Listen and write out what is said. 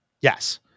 Yes